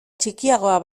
txikiagoa